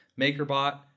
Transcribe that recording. MakerBot